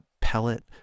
pellet